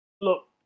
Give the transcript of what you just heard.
Look